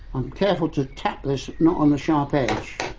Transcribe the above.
careful to tap this, not on the sharp edge.